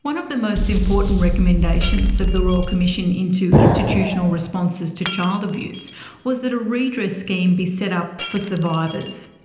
one of the most important recommendations of the royal commission into institutional responses to child abuse was that a redress scheme be set up for survivors.